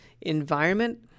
environment